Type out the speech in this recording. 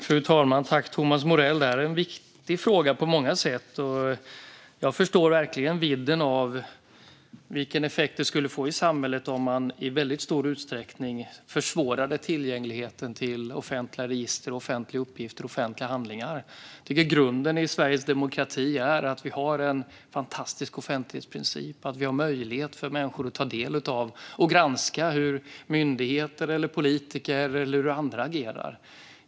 Fru talman! Tack, Thomas Morell, för en fråga som är viktig på många sätt! Jag förstår verkligen vidden av den effekt det skulle få i samhället om man i stor utsträckning försvårade tillgängligheten till offentliga register, offentliga uppgifter och offentliga handlingar. Jag tycker att grunden i Sveriges demokrati är att vi har en fantastisk offentlighetsprincip. Vi har möjlighet för människor att ta del av och granska hur myndigheter, politiker och andra agerar.